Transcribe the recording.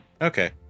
Okay